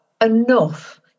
enough